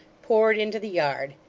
poured into the yard,